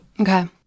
Okay